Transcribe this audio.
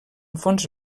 fons